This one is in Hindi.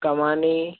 कमानी